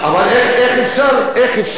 לעשות את זה באופן חוקי,